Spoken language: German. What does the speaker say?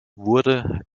wurde